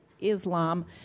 Islam